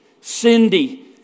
Cindy